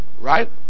Right